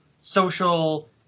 social